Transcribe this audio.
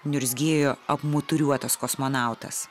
niurzgėjo apmuturiuotas kosmonautas